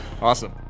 Awesome